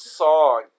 song